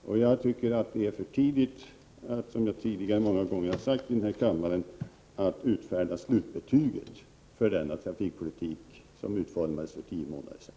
Som jag har sagt tidigare många gånger här i kammaren tycker jag att det är för tidigt att nu utfärda slutbetyget för den trafikpolitik som utformades för tio månader sedan.